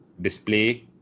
display